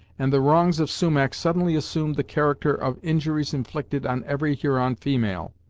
and the wrongs of sumach suddenly assumed the character of injuries inflicted on every huron female.